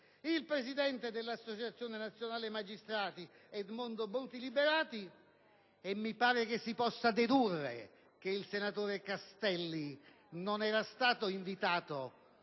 il presidente dell'Associazione nazionale magistrati, Edmondo Bruti Liberati. Mi sembra che si possa dedurre che il senatore Castelli non era stato invitato